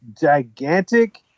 gigantic